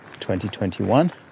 2021